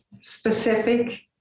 specific